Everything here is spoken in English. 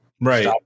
right